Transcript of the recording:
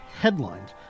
headlines